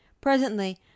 Presently